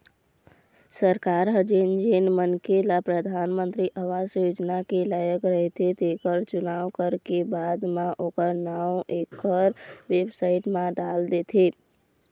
सरकार ह जेन जेन मनखे ल परधानमंतरी आवास योजना के लायक रहिथे तेखर चुनाव करके बाद म ओखर नांव एखर बेबसाइट म डाल देथे